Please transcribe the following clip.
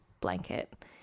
blanket